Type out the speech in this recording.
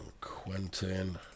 Quentin